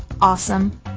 awesome